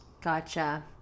Gotcha